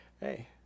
Hey